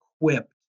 equipped